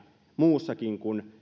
muussakin kuin